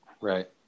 Right